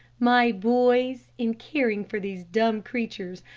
my boys, in caring for these dumb creatures,